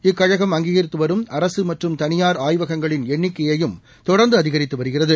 இக்கழகம் அங்கீகித்துவரும் அரசு மற்றும் தனியார் ஆய்வகங்களின் எண்ணிக்கையையும் தொடர்ந்து அதிகரித்து வருகிறது